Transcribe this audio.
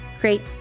Great